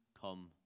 come